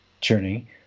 journey